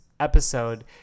episode